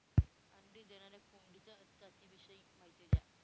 अंडी देणाऱ्या कोंबडीच्या जातिविषयी माहिती द्या